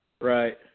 Right